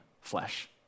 flesh